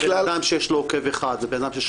שבן אדם שיש לו עוקב אחד ובן אדם שיש